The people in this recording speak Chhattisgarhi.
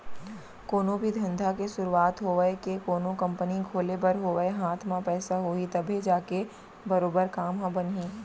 कोनो भी धंधा के सुरूवात होवय के कोनो कंपनी खोले बर होवय हाथ म पइसा होही तभे जाके बरोबर काम ह बनही